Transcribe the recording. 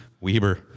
weber